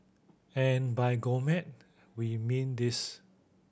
and by gourmet we mean this